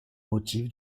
motif